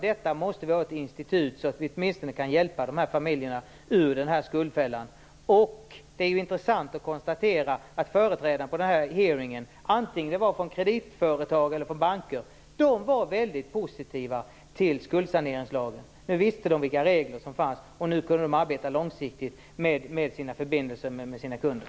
Vi måste ha ett institut så att vi åtminstone kan hjälpa dessa familjer ur skuldfällan. Det är intressant att konstatera att de företrädare som var med på hearingen var väldigt positiva till skuldsaneringslagen oavsett om de kom från kreditföretag eller från banker. Nu visste de vilka regler som fanns, och nu kunde de arbeta långsiktigt med förbindelserna med sina kunder.